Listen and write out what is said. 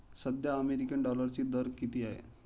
सध्या अमेरिकन डॉलरचा दर किती आहे?